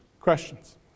questions